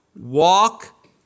Walk